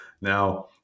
now